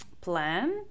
Plan